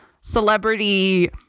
celebrity